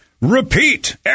repeat